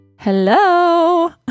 Hello